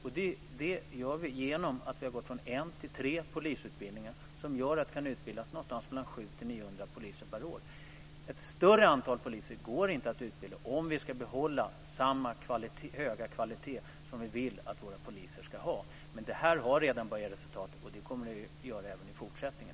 Vi har nämligen ökat från en till tre polisutbildningar. Det gör att 700-900 poliser årligen kan utbildas. Ett större antal poliser går inte att utbilda om vi ska behålla samma höga kvalitet som vi vill att våra poliser ska ha. Detta har redan börjat ge resultat, och det kommer det naturligtvis att göra även i fortsättningen.